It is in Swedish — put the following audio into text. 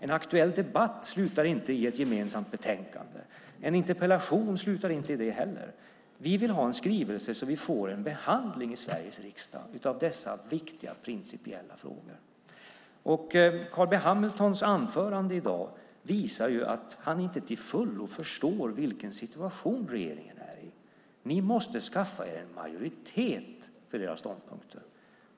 En aktuell debatt slutar inte i ett gemensamt betänkande. En interpellation slutar inte heller i det. Vi vill ha en skrivelse, så att vi får en behandling i Sveriges riksdag av dessa viktiga, principiella frågor. Carl B Hamiltons anförande i dag visar att han inte till fullo förstår vilken situation som regeringen är i. Ni måste skaffa er en majoritet för era ståndpunkter!